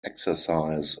exercise